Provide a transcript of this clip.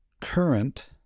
current